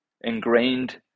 ingrained